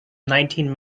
nineteen